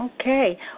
okay